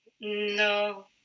No